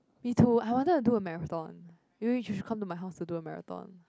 me too I wanted to do a marathon maybe you should come to my house to do a marathon